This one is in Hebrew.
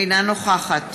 אינה נוכחת